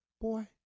Boy